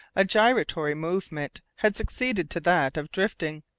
a giratory movement had succeeded to that of drifting,